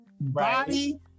body